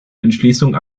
entschließung